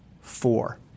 four